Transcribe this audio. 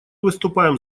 выступаем